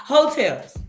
Hotels